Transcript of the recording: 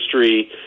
history